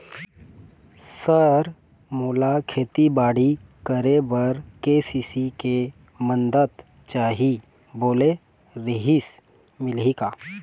Sir मोला खेतीबाड़ी करेबर के.सी.सी के मंदत चाही बोले रीहिस मिलही का?